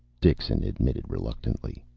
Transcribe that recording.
dixon admitted reluctantly.